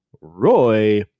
Roy